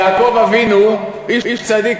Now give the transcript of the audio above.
יעקב אבינו איש צדיק,